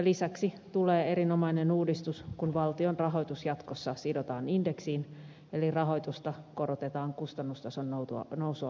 lisäksi tulee erinomainen uudistus kun valtion rahoitus jatkossa sidotaan indeksiin eli rahoitusta korotetaan kustannustason nousua vastaavasti